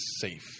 SAFE